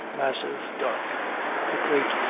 massive, dark the great,